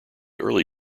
early